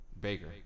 Baker